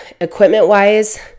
Equipment-wise